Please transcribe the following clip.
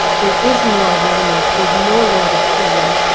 there is more awareness. there's more law reform.